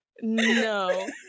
no